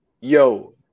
yo